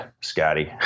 Scotty